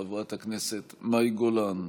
חברת הכנסת מאי גולן,